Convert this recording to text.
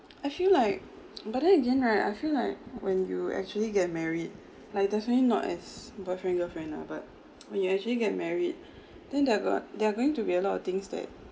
I feel like but then again right I feel like when you actually get married like definitely not as boyfriend girlfriend lah but when you actually get married then there're got there are going to be a lot of things that